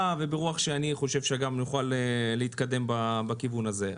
וברוח שאני חושב שגם נוכל להתקדם בכיוון הזה.